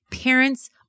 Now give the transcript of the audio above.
Parents